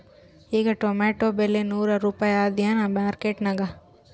ಈಗಾ ಟೊಮೇಟೊ ಬೆಲೆ ನೂರು ರೂಪಾಯಿ ಅದಾಯೇನ ಮಾರಕೆಟನ್ಯಾಗ?